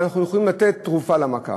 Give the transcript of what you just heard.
אבל אנחנו יכולים לתת תרופה למכה.